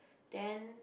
then